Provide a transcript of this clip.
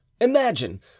Imagine